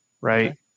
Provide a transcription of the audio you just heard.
right